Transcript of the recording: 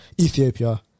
Ethiopia